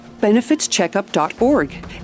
Benefitscheckup.org